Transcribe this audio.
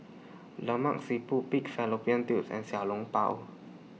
Lemak Siput Pig Fallopian Tubes and Xiao Long Bao